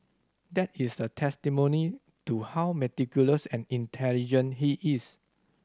that is a testimony to how meticulous and intelligent he is